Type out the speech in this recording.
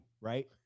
right